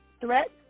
threat